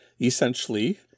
essentially